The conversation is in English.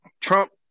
Trump